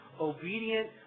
obedient